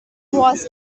was